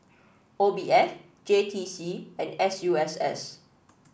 O B S J T C and S U S S